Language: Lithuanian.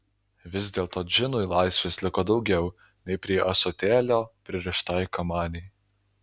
vis dėlto džinui laisvės liko daugiau nei prie ąsotėlio pririštai kamanei